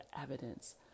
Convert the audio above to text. evidence